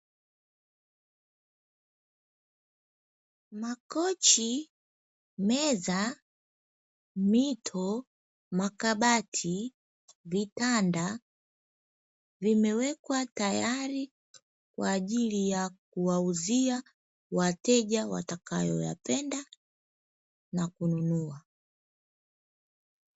Makochi, meza, mito, makabati, vitanda vimewekwa tayari kwa ajili ya kuwauzia wateja watakayoyapenda na kununua.